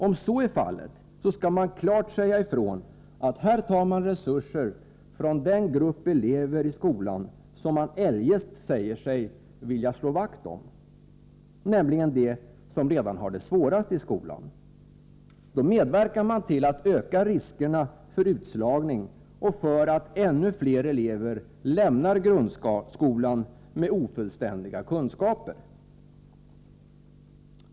Om så är fallet skall man klart säga ifrån, att här tar man resurser från den grupp elever i skolan som man eljest säger sig vilja slå vakt om, nämligen de som redan nu har det svårast i skolan. Då medverkar man till att öka riskerna för utslagning och för att ännu fler elever lämnar grundskolan med ofullständiga kunskaper.